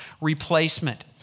replacement